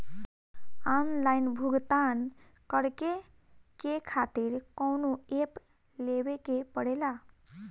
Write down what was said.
Online भुगतान करके के खातिर कौनो ऐप लेवेके पड़ेला?